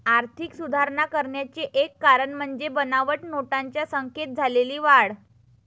आर्थिक सुधारणा करण्याचे एक कारण म्हणजे बनावट नोटांच्या संख्येत झालेली वाढ